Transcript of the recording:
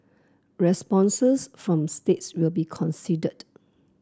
responses from states will be considered